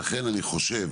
עוד לא הגענו